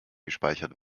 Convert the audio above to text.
gespeichert